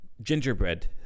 gingerbread